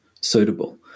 suitable